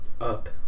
Up